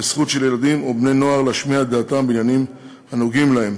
והזכות של ילדים ובני-נוער להשמיע את דעתם בעניינים הנוגעים להם.